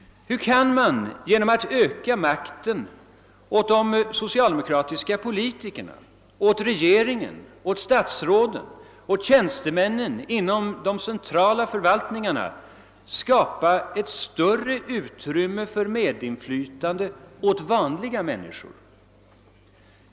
Hur kan man genom att öka makten åt de socialdemokratiska politikerna, åt regeringen, åt statsråden och åt tjänstemännen inom de centrala förvaltningarna skapa ett större utrymme för medinflytande för vanliga människor?